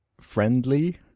friendly